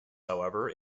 however